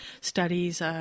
studies